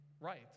right